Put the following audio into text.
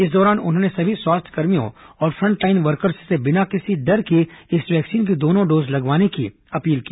इस दौरान उन्होंने सभी स्वास्थ्यकर्मियों और फ्रंटलाइन वर्कर्स से बिना किसी डर के इस वैक्सीन की दोनों डोज लगवाने की अपील की